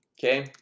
okay